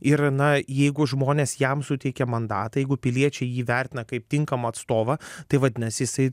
ir na jeigu žmonės jam suteikė mandatą jeigu piliečiai jį vertina kaip tinkamą atstovą tai vadinasi jisai